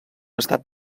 estat